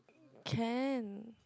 can